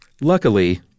Luckily